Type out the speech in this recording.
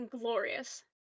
glorious